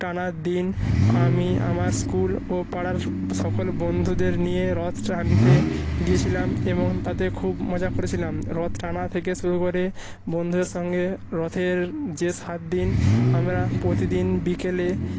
টানার দিন আমি আমার স্কুল ও পাড়ার সকল বন্ধুদের নিয়ে রথ টানতে গিয়েছিলাম এবং তাতে খুব মজা করেছিলাম রথ টানা থেকে শুরু করে বন্ধুদের সঙ্গে রথের যে সাত দিন আমরা প্রতিদিন বিকেলে